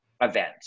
event